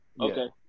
Okay